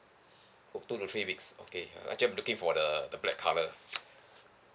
oh two to three weeks okay uh I'm actually looking for the the black colour